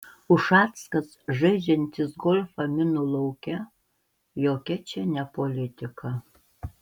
ušackas žaidžiantis golfą minų lauke jokia čia ne politika